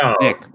Nick